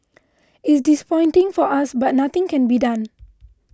it's disappointing for us but nothing can be done